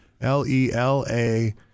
L-E-L-A